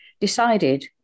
decided